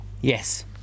Yes